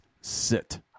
sit